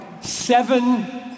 seven